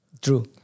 True